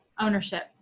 ownership